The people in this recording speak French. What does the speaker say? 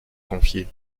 confier